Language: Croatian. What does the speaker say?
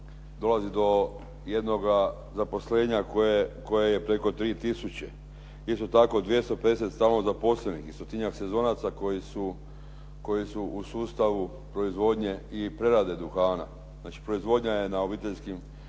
dolazi do jednoga zaposlenja koje je preko 3000. Isto tako, 250 stalno zaposlenih i stotinjak sezonaca koji su u sustavu proizvodnje i prerade duhana, znači proizvodnja je na obiteljskim